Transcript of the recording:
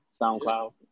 SoundCloud